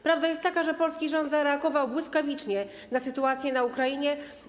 Prawda jest taka, że polski rząd zareagował błyskawicznie na sytuację na Ukrainie.